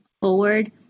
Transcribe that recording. forward